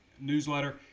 newsletter